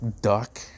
duck